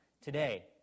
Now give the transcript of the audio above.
Today